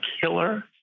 killer